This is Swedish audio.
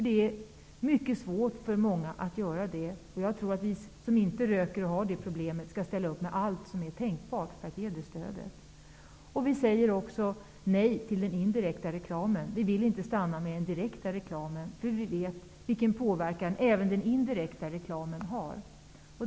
Det är mycket svårt för många att göra det. Jag tror att vi som inte röker och inte har det problemet skall ställa upp med allt som är tänkbart för att ge det stödet. Vi säger också nej till den indirekta reklamen. Vi vill inte stanna vid den direkta reklamen, för vi vet vilken påverkan även den indirekta reklamen har.